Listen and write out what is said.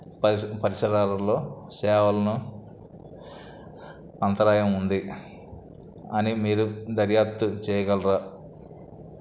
పరిసరాలల్లో సేవలను అంతరాయం ఉంది అని మీరు దర్యాప్తు చేయగలరా